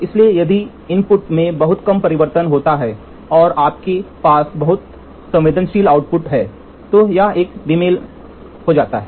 इसलिए यदि इनपुट में बहुत कम परिवर्तन होता है और आपके पास बहुत संवेदनशील आउटपुट है तो यह एक बेमेल हो जाता है